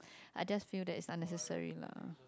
I just feel that it's unnecessary lah